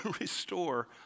restore